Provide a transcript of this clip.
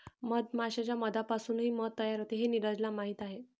मधमाश्यांच्या मधापासूनही मध तयार होते हे नीरजला माहीत आहे